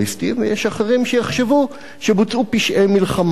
ויש אחרים שיחשבו שבוצעו פשעי מלחמה נגד